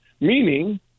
meaning